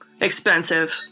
expensive